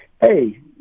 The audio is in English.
hey